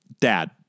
Dad